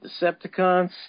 Decepticons